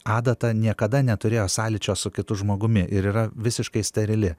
adata niekada neturėjo sąlyčio su kitu žmogumi ir yra visiškai sterili